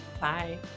Bye